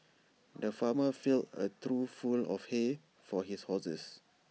the farmer filled A trough full of hay for his horses